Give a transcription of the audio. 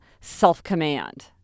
self-command